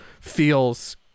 feels